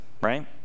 right